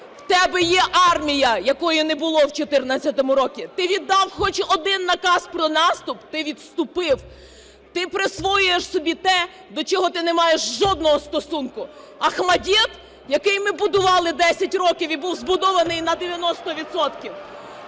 В тебе є армія, якої не було в 2014 році. Ти віддав хоч один наказ про наступ? Ти відступив! Ти присвоюєш собі те, до чого ти не маєш жодного стосунку. "ОХМАТДИТ", який ми будували 10 років і був збудований на 90